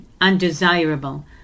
undesirable